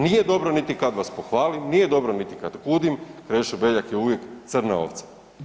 Nije dobro niti kad vas pohvalim, nije dobro niti kad kudim, Krešo Beljak je uvijek crna ovca.